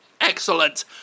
Excellent